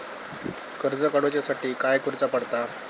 कर्ज काडूच्या साठी काय करुचा पडता?